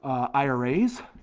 iras.